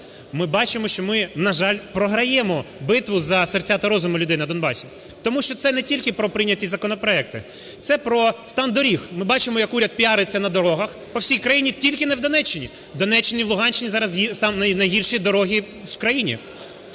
ми бачимо, що ми, на жаль, програємо битву за серця та розуми людей на Донбасі. Тому що це не тільки про прийняті законопроекти, це про стан доріг. Ми бачимо, як уряд піариться на дорогах по всій країні, тільки не в Донеччині. В Донеччині, в Луганщині зараз самі найгірші дороги в країні.